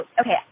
okay